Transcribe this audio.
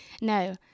no